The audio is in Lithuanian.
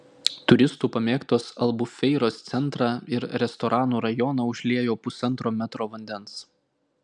turistų pamėgtos albufeiros centrą ir restoranų rajoną užliejo pusantro metro vandens